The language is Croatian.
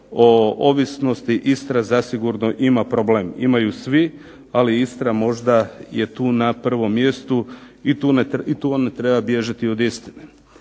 o ovisnosti Istra zasigurno ima problem. Imaju svi, ali Istra možda je tu na prvom mjestu i tu ne treba bježati od istine.